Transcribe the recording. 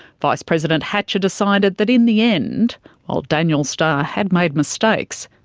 vice president hatcher decided that in the end while daniel starr had made mistakes,